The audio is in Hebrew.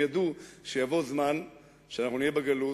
והם ידעו שיבוא זמן שאנחנו נהיה בגלות,